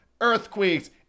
earthquakes